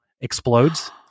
explodes